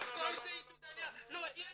זה האם